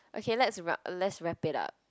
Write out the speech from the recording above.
okay let's rub let's wrap it up